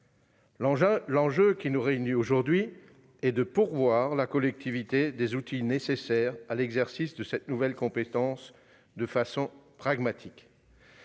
L'enjeu qui nous réunit aujourd'hui est de pourvoir la collectivité des outils nécessaires à l'exercice de cette nouvelle compétence de façon pragmatique.